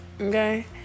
Okay